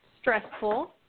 stressful